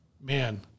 Man